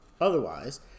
Otherwise